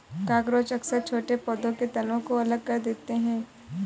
cockroach अक्सर छोटे पौधों के तनों को अलग कर देते हैं